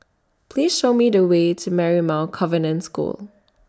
Please Show Me The Way to Marymount Convent School